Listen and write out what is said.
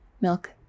milk